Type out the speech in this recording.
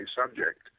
subject